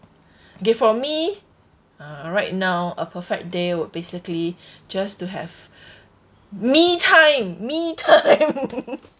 K for me uh right now a perfect day will basically just to have me time me time